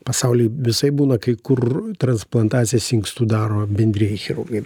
pasauly visaip būna kai kur transplantacijas inkstų daro bendrieji chirurgai